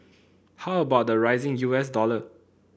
how about the rising U S dollar